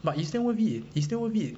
but it's still worth it it's still worth it